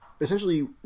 essentially